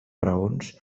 raons